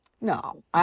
No